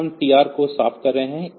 फिर हम टीआर 1 को साफ़ कर रहे हैं